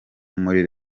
muri